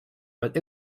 but